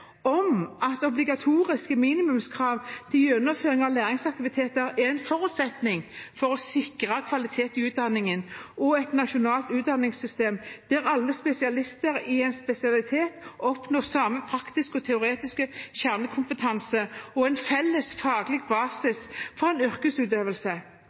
om at obligatoriske minimumskrav til gjennomføring av læringsaktiviteter er en forutsetning for å sikre kvalitet i utdanningen og et nasjonalt utdanningssystem der alle spesialister i en spesialitet oppnår samme praktiske og teoretiske kjernekompetanse og en felles faglig